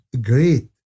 great